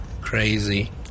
Crazy